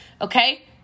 Okay